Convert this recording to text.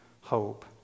hope